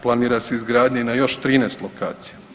Planira se izgradnja i na još 13 lokacija.